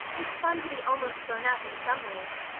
it's fun to be almost grown up in some ways,